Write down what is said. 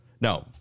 No